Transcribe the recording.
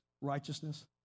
righteousness